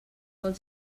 vol